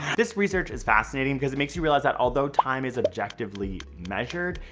this research is fascinating because it makes you realize that although time is objectively measured,